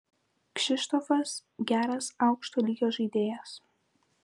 kšištofas geras aukšto lygio žaidėjas